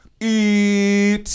eat